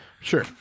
Sure